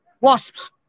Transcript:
Wasps